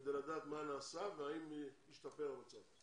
כדי לדעת מה נעשה והאם השתפר המצב.